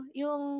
yung